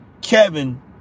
Kevin